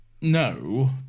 No